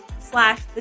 slash